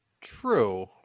True